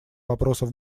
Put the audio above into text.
вопросов